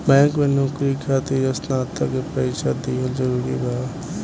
Bank में नौकरी खातिर स्नातक के परीक्षा दिहल जरूरी बा?